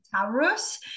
Taurus